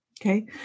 Okay